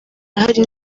hari